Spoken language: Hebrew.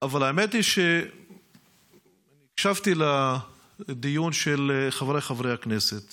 אבל האמת היא שהקשבתי לדיון של חבריי חברי הכנסת